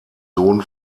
sohn